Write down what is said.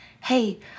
hey